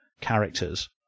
characters